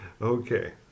okay